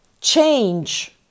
change